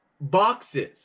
boxes